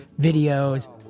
videos